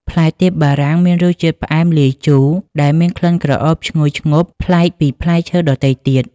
ផ្លែទៀបបារាំងមានរសជាតិផ្អែមលាយជូរ ដែលមានក្លិនក្រអូបឈ្ងុយឈ្ងប់ប្លែកពីផ្លែឈើដទៃទៀត។